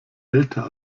älter